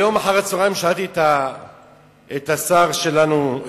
היום אחר הצהריים שאלתי את השר שלנו,